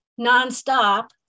nonstop